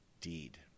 deed